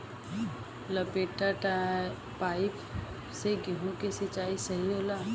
लपेटा पाइप से गेहूँ के सिचाई सही होला?